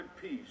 peace